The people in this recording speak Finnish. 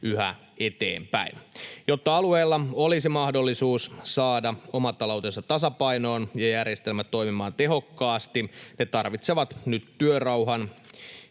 yhä eteenpäin. Jotta alueilla olisi mahdollisuus saada oma taloutensa tasapainoon ja järjestelmä toimimaan tehokkaasti, ne tarvitsevat nyt työrauhan